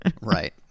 Right